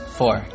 four